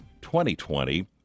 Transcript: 2020